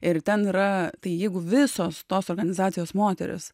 ir ten yra tai jeigu visos tos organizacijos moterys